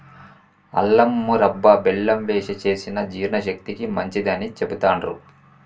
అల్లం మురబ్భ బెల్లం వేశి చేసిన జీర్ణశక్తికి మంచిదని చెబుతాండ్రు